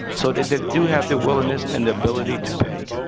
so that they do have the willingness and the ability to pay.